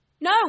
No